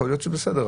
יכול להיות שזה בסדר,